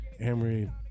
Amory